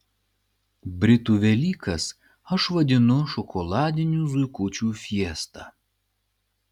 britų velykas aš vadinu šokoladinių zuikučių fiesta